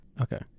Okay